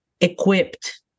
equipped